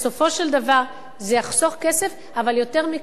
בסופו של דבר, זה יחסוך כסף, אבל יותר מכך: